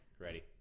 ready